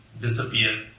Disappear